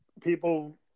people